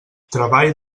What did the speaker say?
treball